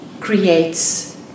creates